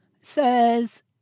says